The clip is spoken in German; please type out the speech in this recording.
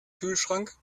kühlschrank